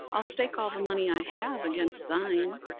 i'll stake all the money i have against thine.